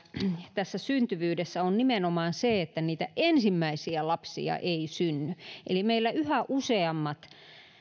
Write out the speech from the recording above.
tässä syntyvyydessä on nimenomaan se että niitä ensimmäisiä lapsia ei synny meillä yhä useammat